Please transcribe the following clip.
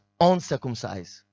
uncircumcised